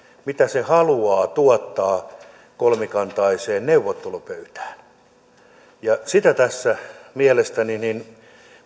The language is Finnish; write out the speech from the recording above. mitä se haluaa tuottaa kolmikantaiseen neuvottelupöytään siitä mielestäni